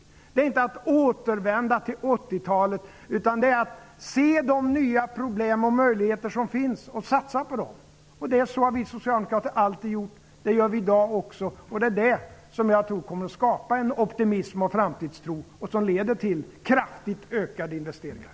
Detta är inte att återvända till 80-talet, utan att se de nya problem och möjligheter som finns och göra satsningar utifrån dem. Så har vi socialdemokrater alltid gjort, och det gör vi också i dag. Jag tror att detta kommer att skapa en optimism och en framtidstro och att det kommer att leda till kraftigt ökade investeringar.